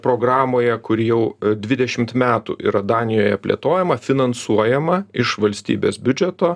programoje kuri jau dvidešimt metų yra danijoje plėtojama finansuojama iš valstybės biudžeto